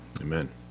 Amen